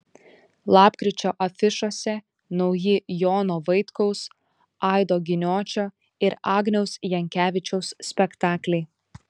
lapkričio afišose nauji jono vaitkaus aido giniočio ir agniaus jankevičiaus spektakliai